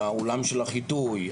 האולם של החיטוי,